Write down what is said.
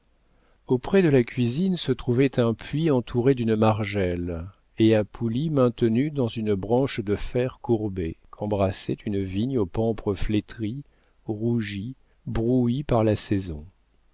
auprès de la cuisine se trouvait un puits entouré d'une margelle et à poulie maintenue dans une branche de fer courbée qu'embrassait une vigne aux pampres flétris rougis brouis par la saison